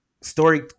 Story